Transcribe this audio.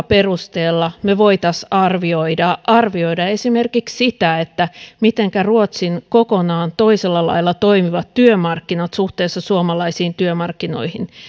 perusteella me voisimme arvioida arvioida esimerkiksi sitä mitenkä ruotsin kokonaan toisella lailla toimivat työmarkkinat suhteessa suomalaisiin työmarkkinoihin